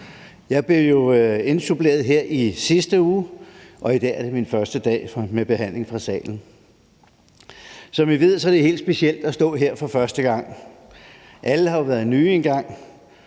Jeg blev indsuppleret her i sidste uge, og i dag er det min første dag med forhandling i salen. Som I ved, er det helt specielt at stå her for første gang. Alle har jo været nye engang,